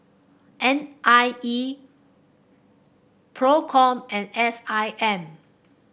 N I E Procom and S I M